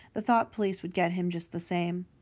the thought police would get him just the same.